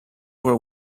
were